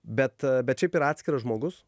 bet bet šiaip yra atskiras žmogus